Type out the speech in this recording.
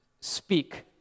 speak